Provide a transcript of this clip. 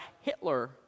Hitler